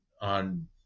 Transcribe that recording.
on